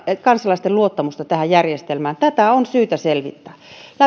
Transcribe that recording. kansalaisten luottamusta tähän järjestelmään tätä on syytä selvittää